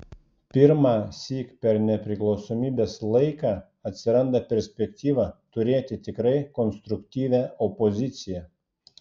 pirmąsyk per nepriklausomybės laiką atsiranda perspektyva turėti tikrai konstruktyvią opoziciją